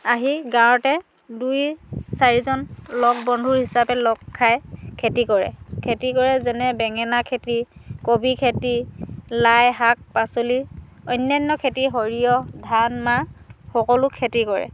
আহি গাঁৱতে দুই চাৰিজন লগ বন্ধু হিচাপে লগ খাই খেতি কৰে খেতি কৰে যেনে বেঙেনা খেতি কবি খেতি লাই শাক পাচলি অন্যান্য খেতি সৰিয়হ ধান মাহ সকলো খেতি কৰে